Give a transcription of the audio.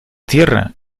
tierra